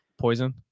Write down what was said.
Poison